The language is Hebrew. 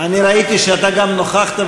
אני ראיתי שאתה גם נכחת,